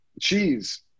Cheese